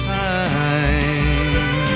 time